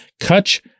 Kutch